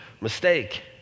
mistake